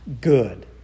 good